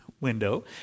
window